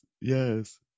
Yes